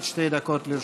עד שתי דקות לרשותך.